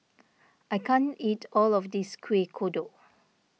I can't eat all of this Kuih Kodok